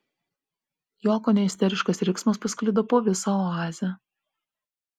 jo kone isteriškas riksmas pasklido po visą oazę